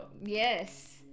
yes